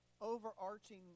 overarching